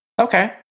Okay